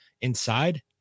inside